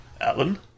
Alan